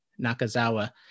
Nakazawa